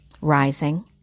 rising